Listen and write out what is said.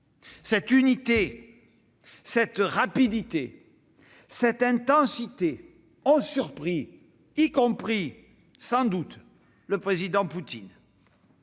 Cette unité, cette rapidité, cette intensité ont surpris, y compris, sans doute, le président Poutine.